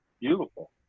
beautiful